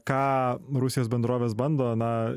ką rusijos bendrovės bando na